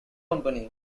company